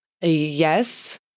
Yes